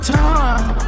time